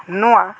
ᱱᱚᱣᱟ